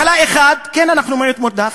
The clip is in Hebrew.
כן, אנחנו מיעוט נרדף.